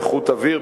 איכות האוויר,